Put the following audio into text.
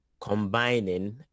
combining